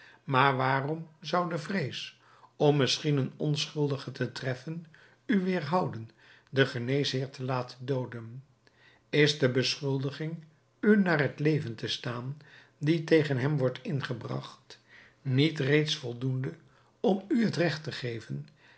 maar waarom zou de vrees om misschien een onschuldige te treffen u weêrhouden den geneesheer te laten dooden is de beschuldiging u naar het leven te staan die tegen hem wordt ingebragt niet reeds voldoende om u het regt te geven